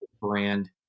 brand